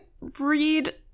read